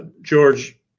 George